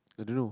I don't know